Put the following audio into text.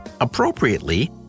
Appropriately